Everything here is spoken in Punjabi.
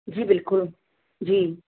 ਜੀ ਬਿਲਕੁਲ ਜੀ